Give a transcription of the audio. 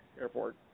Airport